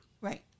Right